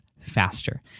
faster